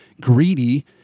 greedy